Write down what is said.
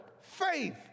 faith